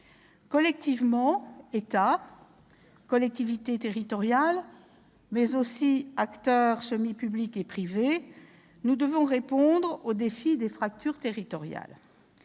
Collectivement, État, collectivités territoriales, mais aussi acteurs semi-publics et privés, nous devons répondre au défi des fractures territoriales.